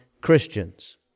Christians